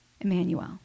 Emmanuel